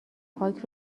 پاک